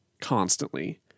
constantly